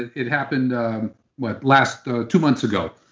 it happened what? last two months ago,